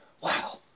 Wow